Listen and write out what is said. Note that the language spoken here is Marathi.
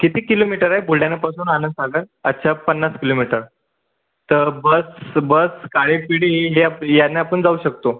किती किलोमीटर आहे बुलढाण्यापासून आनंदसागर अच्छा पन्नास किलोमीटर तर बस बस काळी पिळी ह्या ह्यानं आपण जाऊ शकतो